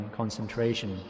concentration